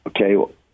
Okay